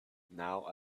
now